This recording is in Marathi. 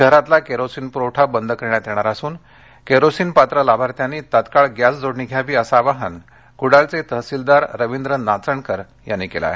शहरातला केरोसीन पुरवठा बंद करण्यात येणार असून केरोसीन पात्र लाभार्थ्यांनी तात्काळ गॅस जोडणी घ्यावी असं आवाहन कुडाळचे तहसीलदार रवींद्र नाचणकर यांनी केलं आहे